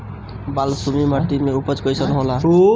बालसुमी माटी मे उपज कईसन होला?